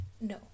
No